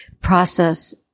process